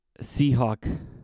Seahawk